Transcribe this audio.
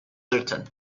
certain